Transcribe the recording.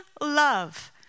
love